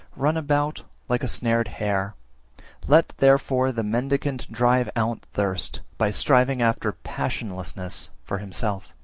run about like a snared hare let therefore the mendicant drive out thirst, by striving after passionlessness for himself.